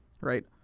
right